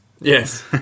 Yes